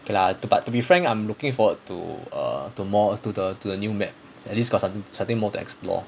okay lah to but to be frank I'm looking forward to err to more to the to the new map at least got something something more to explore